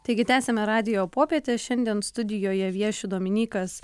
taigi tęsiame radijo popietę šiandien studijoje vieši dominykas